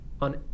on